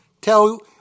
tell